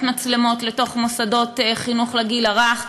מצלמות לתוך מוסדות חינוך לגיל הרך,